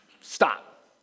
stop